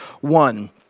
one